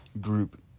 Group